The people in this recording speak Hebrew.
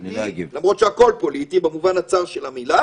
למרות שהכול פוליטי במובן הצר של המילה.